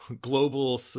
global